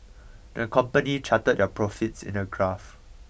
the company charted their profits in a graph